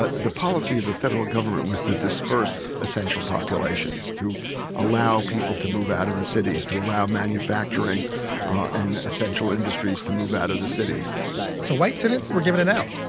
ah the policy of the federal government was to disperse essential populations, to allow people to move out of the cities, to allow manufacturing and essential industries to move out of the cities so white tenants were given an out.